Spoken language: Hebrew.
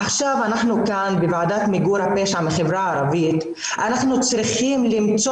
עכשיו כאן בוועדה למיגור הפשע בחברה הערבית אנחנו צריכים למצוא